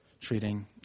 treating